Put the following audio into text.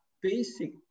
basic